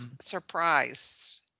Surprise